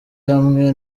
hamwe